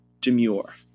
demure